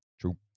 True